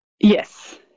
yes